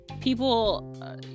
people